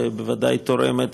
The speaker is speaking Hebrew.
ובוודאי תורמת